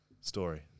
Story